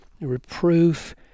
reproof